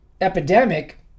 Epidemic